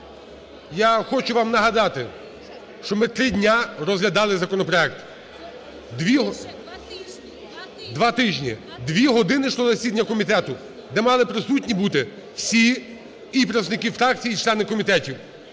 Я хочу вам нагадати, що ми три дні розглядали законопроект, два тижні, дві години йшло засідання комітету, де мали присутні бути всі і представники фракцій, і члени комітетів.